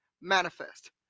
manifest